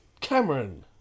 Cameron